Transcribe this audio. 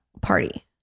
party